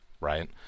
right